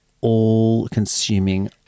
all-consuming